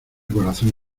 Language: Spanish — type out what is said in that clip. corazón